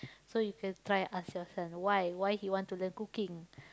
so you can try ask your son why why he want to learn cooking